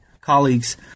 colleagues